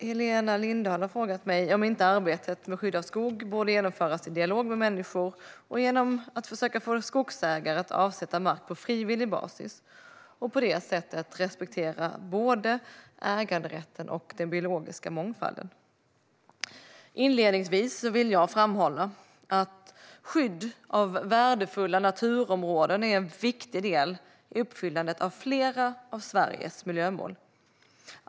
Fru talman! Helena Lindahl har frågat mig om inte arbetet med skydd av skog borde genomföras i dialog med människor och genom att försöka få skogsägare att avsätta mark på frivillig basis och på det sättet respektera både äganderätten och den biologiska mångfalden. Inledningsvis vill jag framhålla att skydd av värdefulla naturområden är en viktig del i uppfyllandet av flera av Sveriges miljömål.